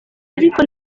ariko